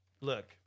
Look